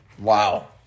Wow